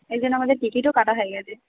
এই জন্য আমাদের টিকিটও কাটা হয়ে গেছে